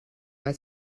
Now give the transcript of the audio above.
weil